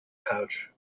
pouch